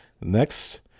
next